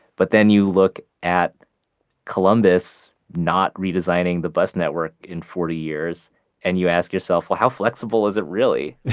but then you look at columbus not redesigning the bus network in forty years and you ask yourself, well, how flexible is it really?